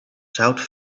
south